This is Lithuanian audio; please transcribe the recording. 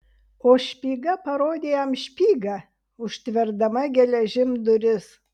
o špyga parodė jam špygą užtverdama geležim duris